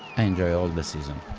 i enjoy all and the season.